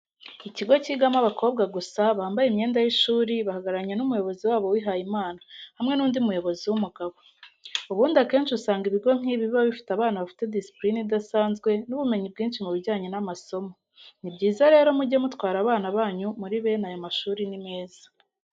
Ikigo kigamo abakobwa gusa bambaye imyenda y'ishuri, bahagararanye n'umuyobozi wabo wihayimana, hamwe n'undi muyobozi w'umugabo. Ubundi akenshi usanga ibigo nk'ibi biba bifite abana bafite disipurine idasanzwe n'ubumenyi bwinshi mubijyanye n'amasomo, ni byiza rero mujye mutwara abana banyu muri bene aya mashuri ni meza.